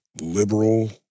liberal